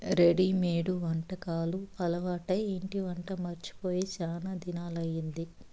readymade వంటకాలు అలవాటై ఇంటి వంట మరచి పోయి శానా దినాలయ్యింది